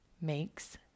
makes